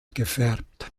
gefärbt